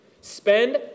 Spend